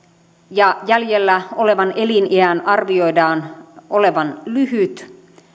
ja jäljellä olevan eliniän arvioidaan olevan lyhyt